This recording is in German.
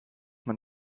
man